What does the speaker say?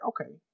okay